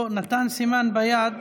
לא, הוא נתן סימן ביד.